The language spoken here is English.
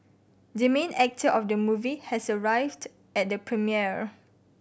the main actor of the movie has arrived at premiere